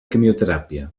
quimioteràpia